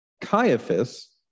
Caiaphas